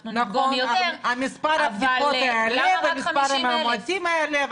אנחנו נדגום יותר -- מספר הבדיקות יעלה ומספר המאומתים יעלה,